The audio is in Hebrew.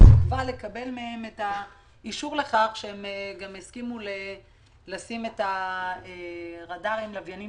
בתקווה לקבל מהם את האישור לכך שהם יסכימו לשים את הרדארים והלוויינים